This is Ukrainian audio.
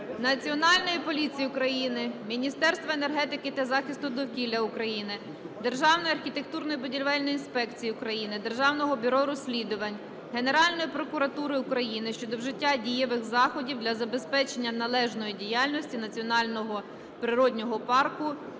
Національної поліції України, Міністерства енергетики та захисту довкілля України, Державної архітектурно-будівельної інспекції України, Державного бюро розслідувань, Генеральної прокуратури України щодо вжиття дієвих заходів для забезпечення належної діяльності Національного природного парку